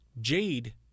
Jade